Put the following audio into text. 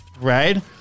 right